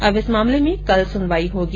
अब इस मामले में कल सुनवाई होगी